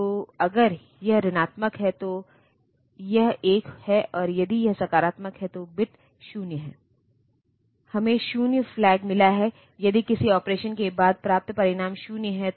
अब अगर यह 64 किलोबाइट का उपयोग नहीं कर रहा है तो शायद सिस्टम को इसमें केवल 32 किलोबाइट मेमोरी मिली है